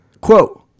Quote